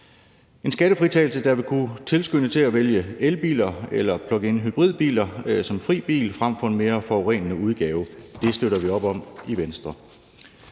En skattefritagelse, der vil kunne tilskynde til at vælge elbiler eller pluginhybridbiler som fri bil frem for en mere forurenende udgave, støtter vi op om i Venstre.